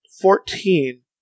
Fourteen